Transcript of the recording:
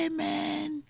Amen